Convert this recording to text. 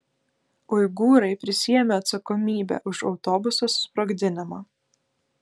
uigūrai prisiėmė atsakomybę už autobuso susprogdinimą